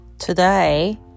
Today